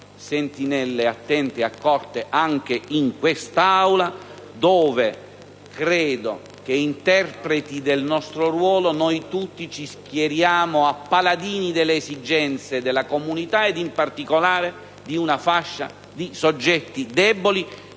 sentinelle attente e accorte anche in quest'Aula, dove noi tutti, interpreti del nostro ruolo, ci schieriamo come paladini delle esigenze della comunità e in particolare di una fascia di soggetti deboli,